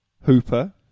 Hooper